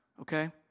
okay